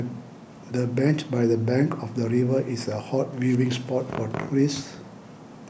the bench by the bank of the river is a hot viewing spot for tourists